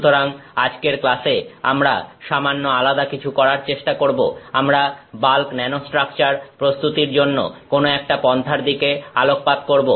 সুতরাং আজকের ক্লাসে আমরা সামান্য আলাদা কিছু করার চেষ্টা করব আমরা বাল্ক ন্যানোস্ট্রাকচার প্রস্তুতির জন্য কোনো একটা পন্থার দিকে আলোকপাত করব